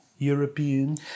European